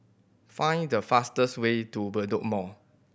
find the fastest way to Bedok Mall